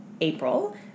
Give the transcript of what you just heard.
April